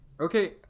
Okay